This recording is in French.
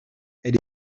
elle